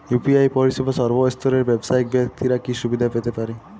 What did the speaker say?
UPI পরিসেবা সর্বস্তরের ব্যাবসায়িক ব্যাক্তিরা কি সুবিধা পেতে পারে?